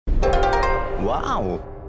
Wow